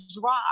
drop